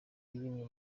yimye